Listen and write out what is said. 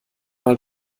mal